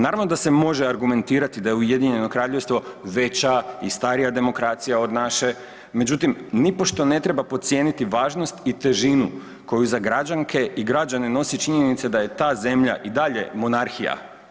Naravno da se može argumentirati da je UK veća i starija demokracija od naše, međutim, nipošto ne treba podcijeniti važnost i težinu koju za građanke i građane nosi činjenica da je ta zemlja i dalje monarhija.